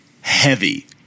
heavy